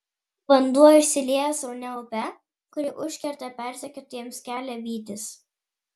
vanduo išsilieja sraunia upe kuri užkerta persekiotojams kelią vytis